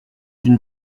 une